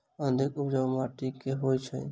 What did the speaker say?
अधिक उपजाउ माटि केँ होइ छै?